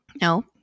No